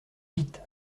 vite